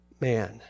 man